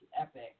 epic